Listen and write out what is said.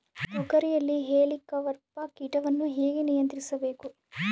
ತೋಗರಿಯಲ್ಲಿ ಹೇಲಿಕವರ್ಪ ಕೇಟವನ್ನು ಹೇಗೆ ನಿಯಂತ್ರಿಸಬೇಕು?